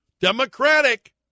Democratic